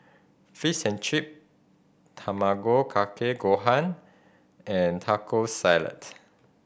Fish and Chip Tamago Kake Gohan and Taco Salad